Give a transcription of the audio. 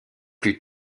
plus